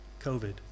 COVID